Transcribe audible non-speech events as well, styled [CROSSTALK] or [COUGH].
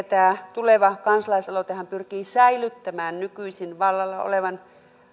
[UNINTELLIGIBLE] tämä tuleva kansalaisaloitehan pyrkii säilyttämään nykyisin vallalla olevan